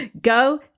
go